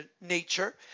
nature